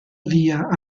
via